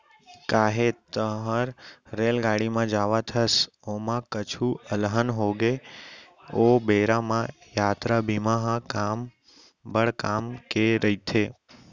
काहे तैंहर रेलगाड़ी म जावत हस, ओमा कुछु अलहन होगे ओ बेरा म यातरा बीमा ह बड़ काम के रइथे